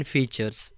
Features